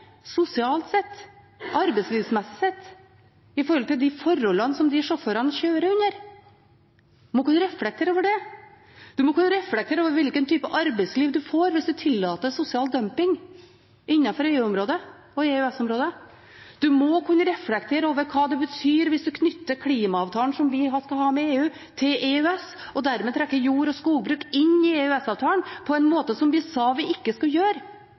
sosialt sett og arbeidslivsmessig sett med hensyn til forholdene sjåførene kjører under. En må kunne reflektere over det. En må kunne reflektere over hvilken type arbeidsliv en får hvis en tillater sosial dumping innenfor EU- og EØS-området. En må kunne reflektere over hva det betyr hvis en knytter klimaavtalen som vi skal ha med EU, til EØS og dermed trekker jord- og skogbruk inn i EØS-avtalen på en måte som vi sa at vi ikke skulle gjøre